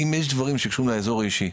אם יש דברים שקשורים לאזור האישי,